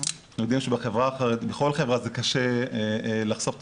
אנחנו יודעים שבכל חברה זה קשה לחשוף את